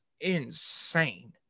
insane